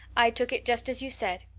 i took it just as you said.